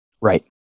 Right